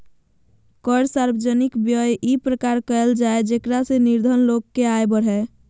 कर सार्वजनिक व्यय इ प्रकार कयल जाय जेकरा से निर्धन लोग के आय बढ़य